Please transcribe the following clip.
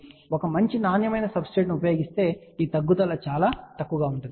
కాబట్టి ఒక మంచి నాణ్యమైన సబ్స్ట్రేట్ ఉపయోగిస్తే ఈ తగ్గుదల చాలా తక్కువగా ఉంటుంది